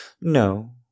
No